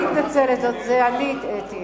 מתנצלת, זה אני הטעיתי.